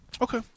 Okay